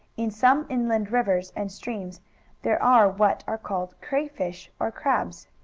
in some inland rivers and streams there are what are called crayfish, or crabs.